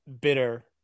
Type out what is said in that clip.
Bitter